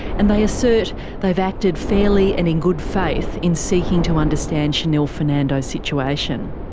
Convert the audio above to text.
and they assert they have acted fairly and in good faith in seeking to understand shanil fernando's situation.